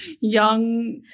young